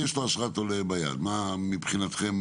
מה מבחינתכם